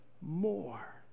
more